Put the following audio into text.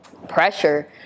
pressure